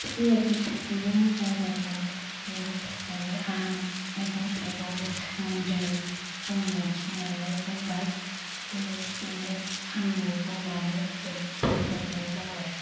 थै अरनि थाखाइबो मोजां जागोन बिनि थाखाइनो आं मैगं थाइगंनि सोमोन्दो बुंनो थिन्नायलाइ बुंबाय बिनि बेनो आंनि बुंनानै जोब्बो जोबनाय जाबाय